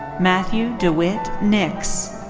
matthew dewitt nix.